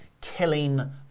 killing